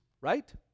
right